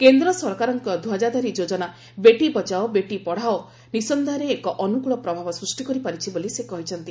କେନ୍ଦ୍ର ସରକାରଙ୍କ ଧ୍ୱଜାଧାରୀ ଯୋଜନା 'ବେଟି ବଚାଓ ବେଟି ପଢ଼ାଓ' ନିସନ୍ଦେହରେ ଏକ ଅନୁକୂଳ ପ୍ରଭାବ ସ୍ପଷ୍ଟି କରିପାରିଛି ବୋଲି ସେ କହିଛନ୍ତି